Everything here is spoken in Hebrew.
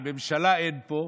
הרי ממשלה אין פה,